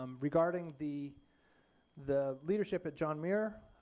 um regarding the the leadership of john muir